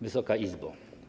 Wysoka Izbo!